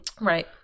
Right